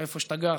איפה שאתה גר,